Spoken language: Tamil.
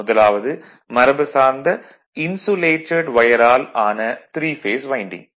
முதலாவது மரபுசார்ந்த இன்சுலேடட் வையரால் ஆன த்ரீ பேஸ் வைண்டிங்